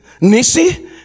Nisi